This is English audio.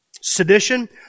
Sedition